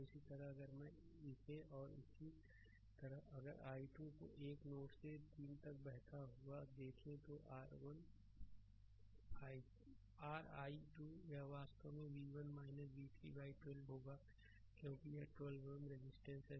और इसी तरह अगर मैं इसे और इसी तरह अगर i 2 को 1 से नोड 3 तक बहता हुआ देखें तो यह r i 2 है यह वास्तव में v1 v3 बाइ12 होगा क्योंकि यह 12 Ω रजिस्टेंस है